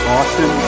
Austin